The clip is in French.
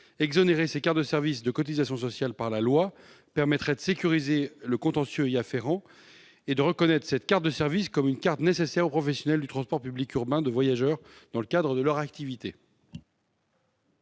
Exonérer ces cartes de service de cotisations sociales par la loi permettrait de sécuriser le contentieux y afférent et de reconnaître cette carte de service comme une carte nécessaire aux professionnels du transport public urbain de voyageurs dans le cadre leur activité.